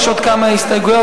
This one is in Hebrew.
יש עוד כמה הסתייגויות,